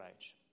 age